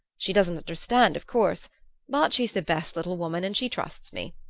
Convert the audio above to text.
she doesn't understand, of course but she's the best little woman and she trusts me.